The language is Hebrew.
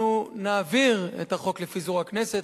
אנחנו נעביר את החוק לפיזור הכנסת.